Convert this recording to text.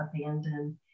abandoned